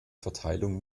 verteilung